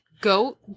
goat